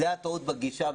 זאת הטעות בגישה.